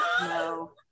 no